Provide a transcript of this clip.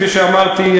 כפי שאמרתי,